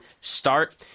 start